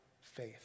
faith